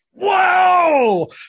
Whoa